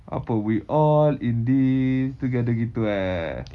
apa we all in this together gitu eh